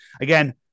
again